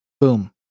Boom